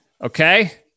okay